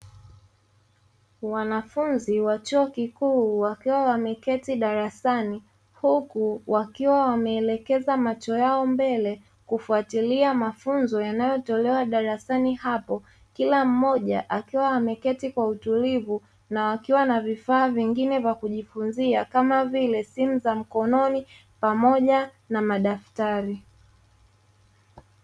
Wanafunzi wa chuo kikuu wakiwa wameketi darasani, huku wakiwa wameelekeza macho yao mbele kufuatilia mafunzo yanayotolewa darasani hapo, kila mmoja akiwa ameketi kwa utulivu na wakiwa na vifaa vingine vya kujifunzia kama vile simu za mkononi pamoja na madaftari.